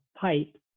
pipe